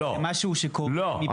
למשהו שקורה מפעם לפעם -- לא,